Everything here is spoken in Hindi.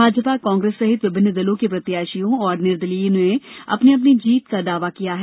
भाजपा कांग्रेस सहित विभिन्न दलों के प्रत्याशियों और निर्दलियों ने अपनी अपनी जीत का दावा किया है